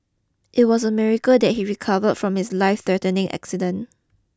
it was a miracle that he recovered from his lifethreatening accident